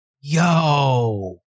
Yo